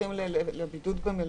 נשלחים באופן גורף לבידוד במלונית,